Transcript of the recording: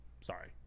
sorry